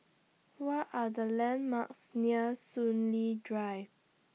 What Are The landmarks near Soon Lee Drive